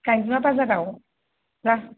गांजेमा बाजाराव लां